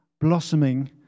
blossoming